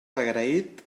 agraït